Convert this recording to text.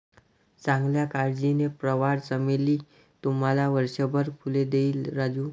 चांगल्या काळजीने, प्रवाळ चमेली तुम्हाला वर्षभर फुले देईल राजू